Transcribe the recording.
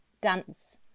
dance